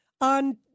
on